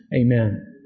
Amen